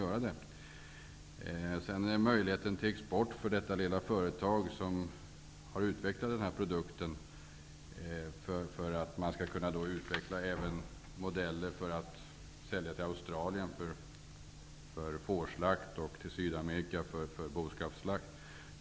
Därtill kommer möjligheten till export för det lilla företag som har utvecklat den här produkten. Man hoppas kunna utveckla modeller som är lämpliga att sälja till Australien för fårslakt och till Sydamerika för boskapsslakt.